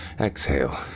Exhale